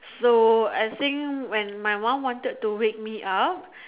so I think when my mum wanted to wake me up